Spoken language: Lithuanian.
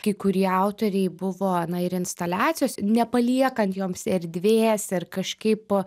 kai kurie autoriai buvo na ir instaliacijos nepaliekant joms erdvės ir kažkaip